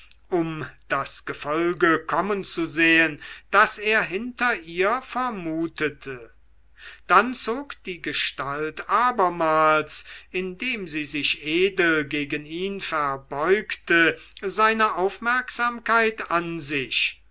um das gefolge kommen zu sehen das er hinter ihr vermutete dann zog die gestalt abermals indem sie sich edel gegen ihn verbeugte seine aufmerksamkeit an sich